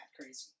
crazy